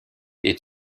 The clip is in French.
est